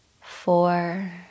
Four